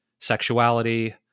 Sexuality